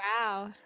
wow